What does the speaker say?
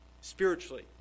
spiritually